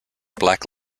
black